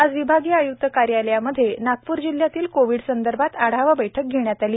आज विभागीय आय्क्त कार्यालयामध्ये नागपूर जिल्ह्यातील कोविडसंदर्भात आढावा बैठक घेण्यात आली